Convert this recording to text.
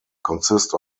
consist